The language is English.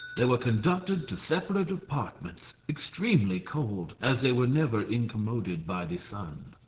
they were conducted to separate apartments, extremely cold, as they were never incommoded by the sun.